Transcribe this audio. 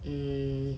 um